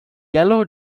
yellow